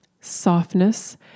softness